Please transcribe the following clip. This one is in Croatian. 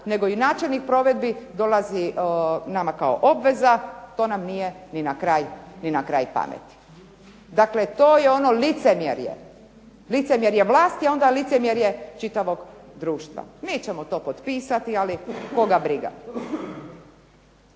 nego i načelnih provedbi dolazi nama kao obveza, to nam nije ni na kraj pameti. Dakle, to je ono licemjerje vlasti i društva, mi ćemo to potpisati ali koga briga.